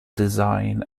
design